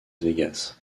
vegas